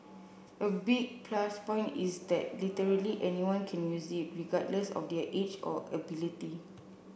a big plus point is that literally anyone can use it regardless of their age or ability